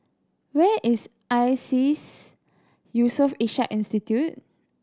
where is ISEAS Yusof Ishak Institute